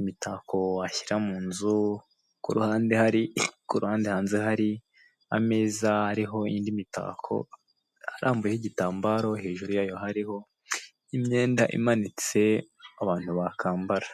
imitako washyira mu nzu ku ruhande hari ku ruhande hanze hari ameza ariho indi mitako arambuyeho igitambaro hejuru yayo hariho imyenda imanitse abantu bakambara.